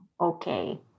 okay